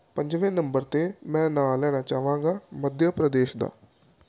ਪੰਜਵੇਂ ਨੰਬਰ 'ਤੇ ਮੈਂ ਨਾਂ ਲੈਣਾ ਚਾਹਾਂਗਾ ਮੱਧਿਆ ਪ੍ਰਦੇਸ਼ ਦਾ